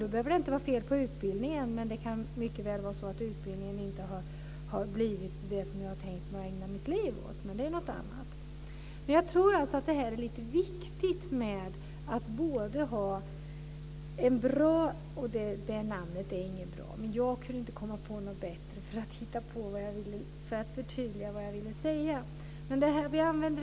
Det behöver inte vara fel på utbildningen, men den kan mycket väl vara så att utbildningen inte har lett till det som man har tänkt att ägna sitt liv åt, men det är en annan sak. Det är viktigt att ha en bra varudeklaration. Det begreppet är inte bra, men jag kunde inte komma på något bättre för att förtydliga vad jag menade.